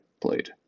played